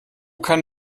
kann